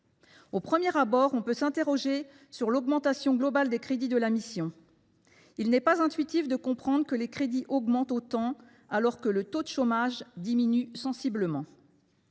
Au premier abord, on peut s’interroger sur l’augmentation globale des crédits de la mission : il n’est pas intuitif de comprendre que les crédits augmentent autant, alors que le taux de chômage diminue sensiblement.